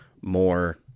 more